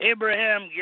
Abraham